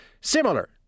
similar